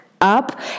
up